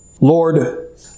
Lord